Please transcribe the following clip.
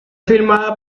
filmada